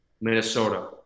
Minnesota